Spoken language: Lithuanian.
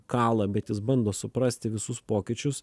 kala bet jis bando suprasti visus pokyčius